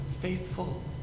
faithful